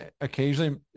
occasionally